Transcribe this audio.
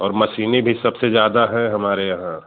और मशीनें भी सबसे ज्यादा हैं हमारे यहाँ